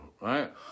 right